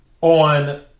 on